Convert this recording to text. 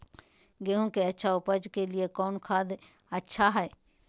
गेंहू के अच्छा ऊपज के लिए कौन खाद अच्छा हाय?